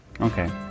Okay